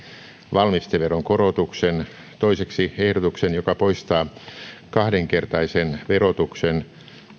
valmisteveron korotuksen toiseksi ehdotuksen joka poistaa kahdenkertaisen verotuksen